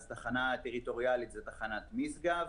שם התחנה הטריטוריאלית היא תחנת משגב.